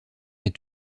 est